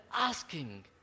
asking